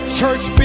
church